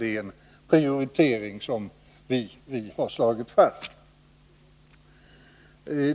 Det är en prioritering som vi har slagit fast.